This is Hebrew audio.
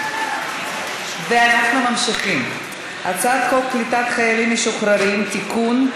אני קובעת כי הצעת חוק ביטוח בריאות ממלכתי (תיקון,